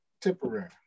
temporary